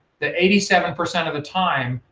that eighty seven percent of the time,